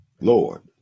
Lord